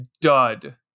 dud